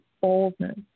boldness